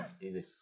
Easy